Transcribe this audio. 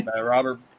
Robert